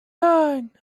nine